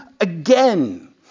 again